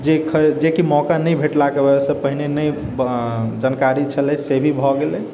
जे जेकि मौका नहि भेटलाके वजहसँ पहिने नहि जानकारी छलै से भी भऽ गेलै